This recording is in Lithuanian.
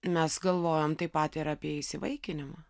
mes galvojom taip pat ir apie įsivaikinimą